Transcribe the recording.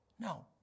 No